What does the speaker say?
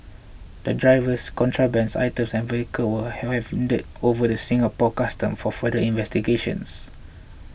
the drivers contraband items and vehicles were handed over to Singapore Customs for further investigations